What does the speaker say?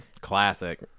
Classic